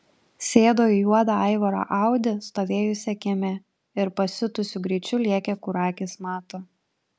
sėdo į juodą aivaro audi stovėjusią kieme ir pasiutusiu greičiu lėkė kur akys mato